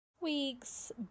Weeks